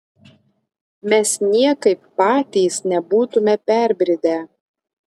mes niekaip patys nebūtume perbridę